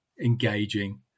engaging